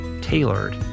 tailored